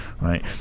right